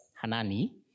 Hanani